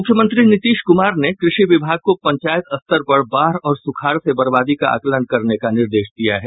मुख्यमंत्री नीतीश क्मार ने कृषि विभाग को पंचायत स्तर पर बाढ़ और सुखाड़ से बर्बादी का आकलन करने का निर्देश दिया है